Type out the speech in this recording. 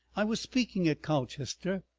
i was speaking at colchester,